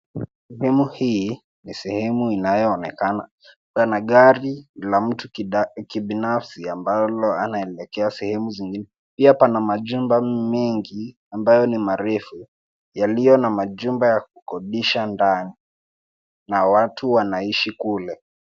Sehemu hii ni sehemu inayoonekana pana gari la mtu kibinafsi ambalo anaelekea sehemu zingine. Pia pana majumba mengi ambayo ni marefu yaliyo na majumba ya kukodisha ndani na watu wanaishi kule.